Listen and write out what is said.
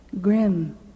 grim